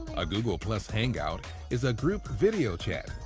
a google-plus hangout is a group video chat.